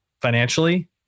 financially